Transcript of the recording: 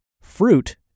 fruit